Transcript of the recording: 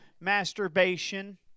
masturbation